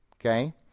okay